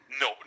no